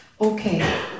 Okay